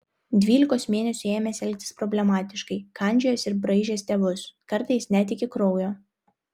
dvylikos mėnesių ėmęs elgtis problemiškai kandžiojęs ir braižęs tėvus kartais net iki kraujo